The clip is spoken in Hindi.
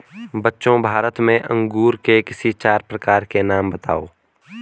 बच्चों भारत में अंगूर के किसी चार प्रकार के नाम बताओ?